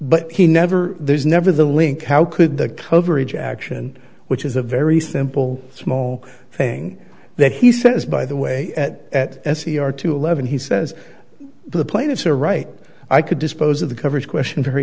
but he never there's never the link how could the coverage action which is a very simple small thing that he says by the way at s c r two eleven he says the plaintiffs are right i could dispose of the coverage question